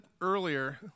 earlier